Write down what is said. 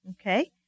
Okay